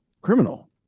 criminal